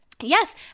Yes